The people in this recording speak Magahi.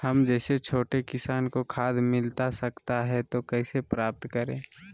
हम जैसे छोटे किसान को खाद मिलता सकता है तो कैसे प्राप्त करें?